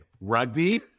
rugby